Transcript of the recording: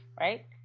right